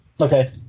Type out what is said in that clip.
Okay